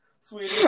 sweetie